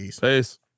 peace